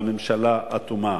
והממשלה אטומה.